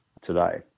today